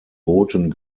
booten